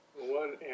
One